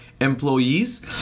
employees